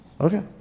Okay